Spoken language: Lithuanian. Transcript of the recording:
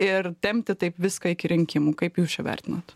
ir tempti taip viską iki rinkimų kaip jūs čia vertinat